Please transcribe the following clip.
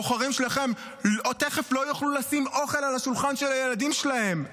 הבוחרים שלכם תכף לא יוכלו לשים אוכל על השולחן של הילדים שלהם,